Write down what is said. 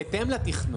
להסדירו בהתאם לתכנון.